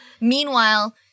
Meanwhile